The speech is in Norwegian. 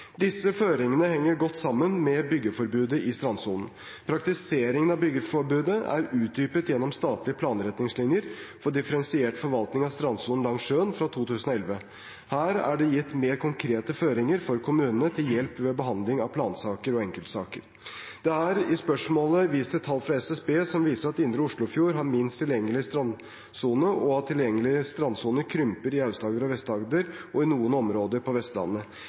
Disse føringene henger godt sammen med byggeforbudet i strandsonen. Praktiseringen av byggeforbudet er utdypet gjennom statlige planretningslinjer for differensiert forvaltning av strandsonen langs sjøen, fra 2011. Her er det gitt mer konkrete føringer for kommunene, til hjelp ved behandlingen av plansaker og enkeltsaker. Det er i spørsmålet vist til tall fra SSB som viser at Indre Oslofjord har minst tilgjengelig strandsone, og at tilgjengelig strandsone krymper i Aust-Agder og Vest-Agder og i noen områder på Vestlandet.